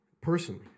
Personally